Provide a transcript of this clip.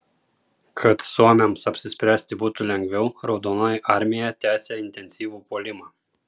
kad suomiams apsispręsti būtų lengviau raudonoji armija tęsė intensyvų puolimą